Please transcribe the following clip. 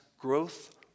growth